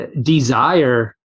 desire